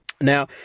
Now